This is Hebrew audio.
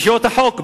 רשויות החוק,